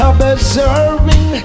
Observing